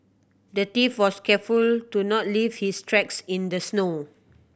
the thief was careful to not leave his tracks in the snow